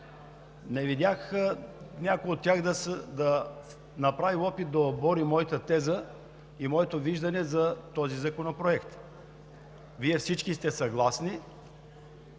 не видях някой от тях да направи опит да обори моята теза и моето виждане за този законопроект. Вие всички сте съгласни,